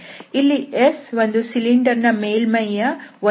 ಇಲ್ಲಿ S ಒಂದು cylinder ನ ಮೇಲ್ಮೈ ಯ ಒಂದು ಭಾಗ